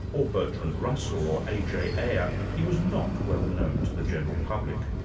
or bertrand russell, or a. j. ayer, he was not well known to the general public.